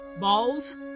Balls